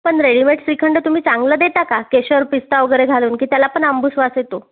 पण रेडीमेड श्रीखंड तुम्ही चांगलं देता का केशर पिस्ता वगैरे घालून की त्याला पण आंबूस वास येतो